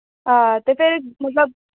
हां ते फिर सब